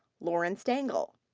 lauren stangl.